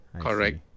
correct